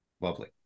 Lovely